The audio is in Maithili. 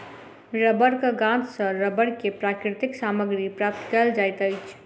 रबड़क गाछ सॅ रबड़ के प्राकृतिक सामग्री प्राप्त कयल जाइत अछि